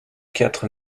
quatre